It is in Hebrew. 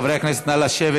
חברי הכנסת, נא לשבת.